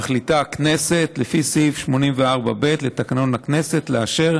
מחליטה הכנסת, לפי סעיף 84ב לתקנון הכנסת, לאשר